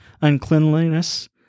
uncleanliness